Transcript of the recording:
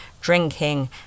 drinking